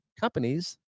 companies